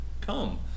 come